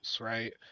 Right